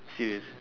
serious